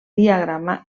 diagrama